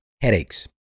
headaches